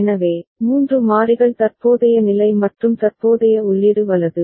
எனவே 3 மாறிகள் தற்போதைய நிலை மற்றும் தற்போதைய உள்ளீடு வலது